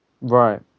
Right